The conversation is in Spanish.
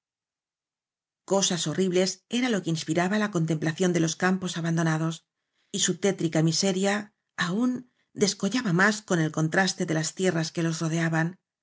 cosas horribles era lo que inspiraba la con templación de los campos abandonados y su tétrica miseria aún descollaba más con el con traste de las tierras que los rodeaban